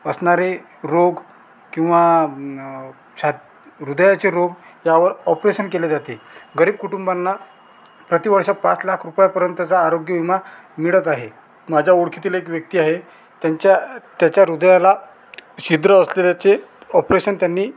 असणारे रोग किंवा छाती हृदयाचे रोग यावर ऑपरेशन केले जाते गरीब कुटुंबाना प्रतिवर्ष पाच लाख रुपयापर्यंतचा आरोग्यविमा मिळत आहे माझ्या ओळखीतील एक व्यक्ती आहे त्यांच्या त्याच्या हृदयाला छिद्र असलेल्याचे ऑपरेशन त्यांनी